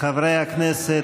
חברי הכנסת.